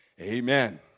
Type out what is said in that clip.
Amen